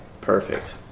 Perfect